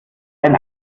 ein